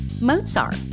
Mozart